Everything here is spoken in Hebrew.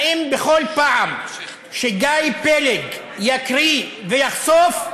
האם בכל פעם שגיא פלג יקריא ויחשוף,